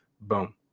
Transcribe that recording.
boom